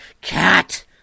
cat